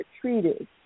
treated